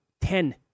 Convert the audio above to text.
Ten